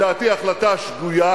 נכון, ואתם עשיתם, לדעתי החלטה שגויה,